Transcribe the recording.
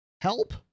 help